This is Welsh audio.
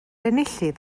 enillydd